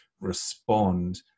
respond